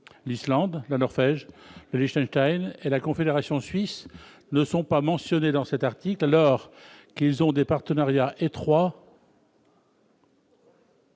L'Islande, la Norvège, le Liechtenstein ou la Confédération suisse ne sont pas mentionnés dans cet article, alors qu'ils ont noué des partenariats étroits